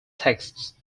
texts